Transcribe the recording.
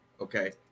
okay